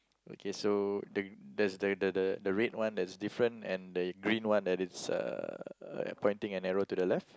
okay so the there's the the the red one that different and the green one that is uh pointing an arrow to the left